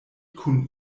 kun